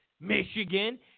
Michigan